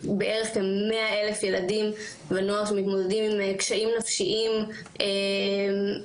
בערך 100,000 ילדים ונוער שמתמודדים עם קשיים נפשיים משמעותיים,